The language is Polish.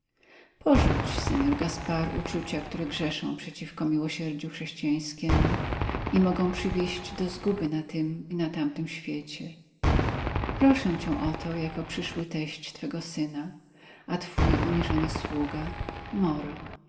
porzuć senor gaspar uczucia które grzeszą przeciwko miłosierdziu chrześcijańskiemu i mogą przywieść do zguby na tym i na tamtym świecie proszę cię o to jako przyszły teść twego syna a twój uniżony sługa moro